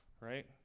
right